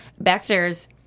Backstairs